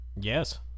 Yes